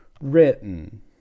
written